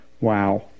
Wow